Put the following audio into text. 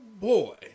boy